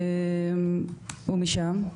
הוא משם,